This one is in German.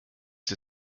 sie